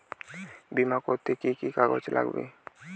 বিমা করতে কি কি কাগজ লাগবে?